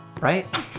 right